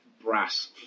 brass